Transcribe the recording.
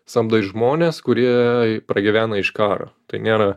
samdai žmones kurie pragyvena iš karo tai nėra